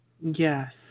Yes